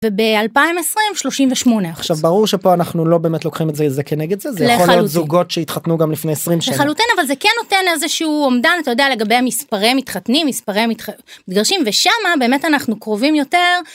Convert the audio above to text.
ב-2020 38. עכשיו ברור שפה אנחנו לא באמת לוקחים את זה כנגד זה, זה יכול להיות זוגות שהתחתנו גם לפני 20 שנה. לחלוטין אבל זה כן נותן איזה שהוא אומדן אתה יודע לגבי המספרי מתחתנים מספרי מתגרשים ושמה באמת אנחנו קרובים יותר.